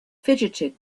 fidgeted